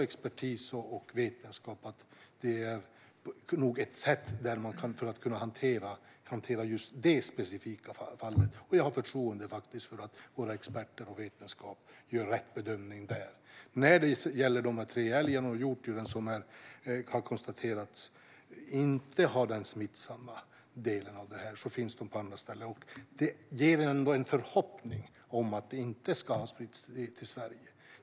Expertis och vetenskap säger att det nog är ett sätt att hantera just det specifika fallet. Jag har förtroende för vår vetenskap och för att våra experter gör rätt bedömning. Sedan gäller det älgar och hjortdjur som har konstaterats inte ha den smittsamma delen av detta. De finns på andra ställen. Det ger en förhoppning om att detta inte ska ha spritts till Sverige.